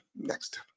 next